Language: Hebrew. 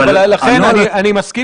אין כאן